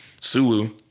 Sulu